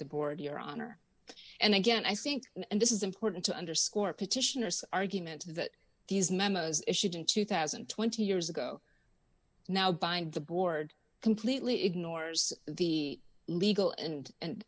the board your honor and again i think this is important to underscore petitioner's argument that these memos issued in two thousand and twenty years ago now bind the board completely ignores the legal and and